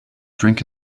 drink